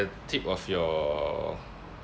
the tip of your